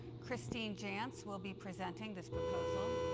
christine jantz will be presenting this proposal.